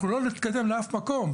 אנחנו לא נתקדם לאף מקום.